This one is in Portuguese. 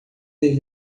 ter